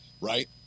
right